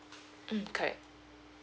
mm correct